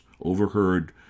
overheard